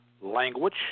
language